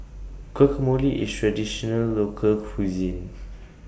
Guacamole IS A Traditional Local Cuisine